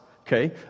okay